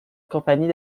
compagnie